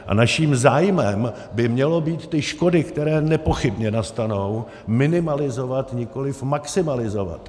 A naším zájmem by mělo být ty škody, které nepochybně nastanou, minimalizovat, nikoli maximalizovat.